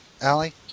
Allie